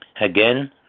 Again